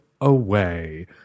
away